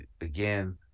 again